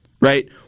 right